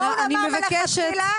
אני מבקשת.